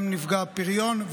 גם נפגע הפריון,